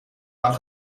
dan